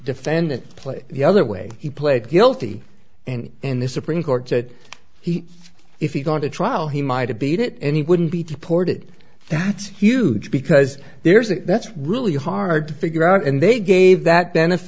defendant played the other way he pled guilty and in the supreme court said he if he'd gone to trial he might have beat it and he wouldn't be deported that's huge because there's a that's really hard to figure out and they gave that